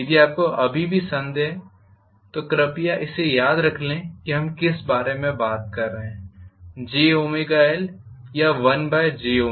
यदि आपको अभी भी संदेह है तो कृपया इसे याद रख लें कि हम किस बारे में बात कर रहे हैं jLया 1jC